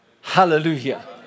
Hallelujah